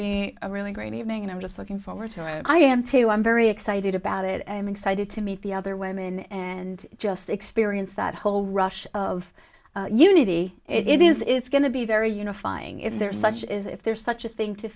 be a really great evening and i'm just looking forward to it i am too i'm very excited about it and i'm excited to meet the other women and just experience that whole rush of unity it is going to be very unifying if there is such is if there is such a thing to